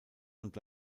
und